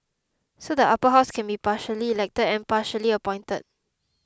so the Upper House can be partially elected and partially appointed